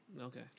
Okay